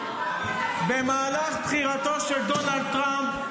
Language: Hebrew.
במהלך בחירתו של דונלד טראמפ,